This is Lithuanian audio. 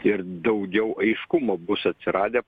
ir daugiau aiškumo bus atsiradę